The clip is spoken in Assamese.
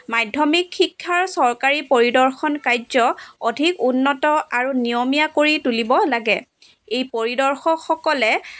মাধ্যমিক শিক্ষাৰ চৰকাৰী পৰিদৰ্শন কাৰ্য অধিক উন্নত আৰু নিয়মীয়া কৰি তুলিব লাগে এই পৰিদৰ্শকসকলে